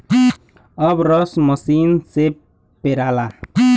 अब रस मसीन से पेराला